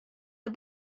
the